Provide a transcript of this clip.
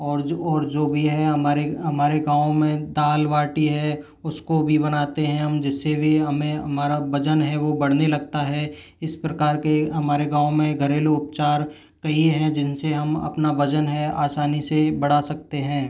और जो और जो भी है हमारे हमारे गाँव में दाल बाटी है उसको भी बनाते हैं जिससे भी हम हमारा वजन है वो बढ़ाने लगता है इस प्रकार के हमारे गाँव में घरेलू उपचार कई है जिनसे हम अपना वजन है आसानी से बढ़ा सकते हैं